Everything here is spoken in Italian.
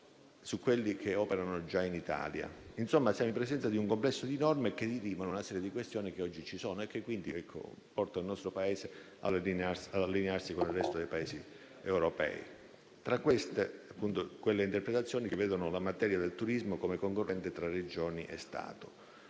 su coloro che operano già in Italia. Insomma, siamo in presenza di un complesso di norme che dirimono una serie di questioni che oggi ci sono e che quindi portano il nostro Paese ad allinearsi con il resto dei Paesi europei. Tra queste, ci sono le interpretazioni che vedono la materia del turismo come concorrente tra Regioni e Stato.